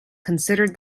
considered